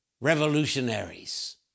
revolutionaries